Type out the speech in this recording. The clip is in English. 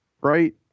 right